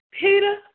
Peter